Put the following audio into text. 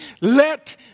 let